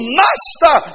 master